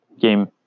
Game